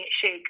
shake